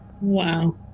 Wow